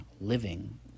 living